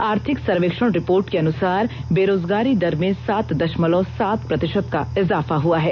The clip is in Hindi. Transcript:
आर्थिक सवेक्षण रिपोर्ट के अनुसार बेरोजगारी दर में सात दषमलव सात प्रतिषत का इज़ाफा हुआ है